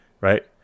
right